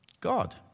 God